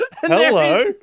Hello